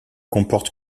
comporte